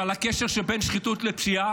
ועל הקשר שבין שחיתות לפשיעה,